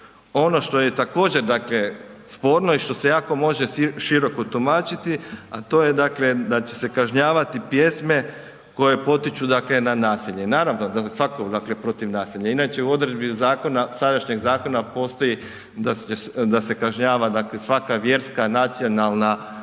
Ono što je također dakle sporno i što se jako može široko tumačiti, a to je da će se kažnjavati pjesme koje potiču na nasilje. Naravno da je svatko dakle protiv nasilja. Inače u odredbi zakona, sadašnjeg zakona postoji da se kažnjava svaka vjerska, nacionalna